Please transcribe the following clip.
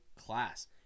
class